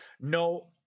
no